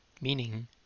Meaning